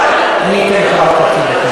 אני אתן לך עוד חצי דקה.